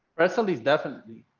so these definitely,